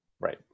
Right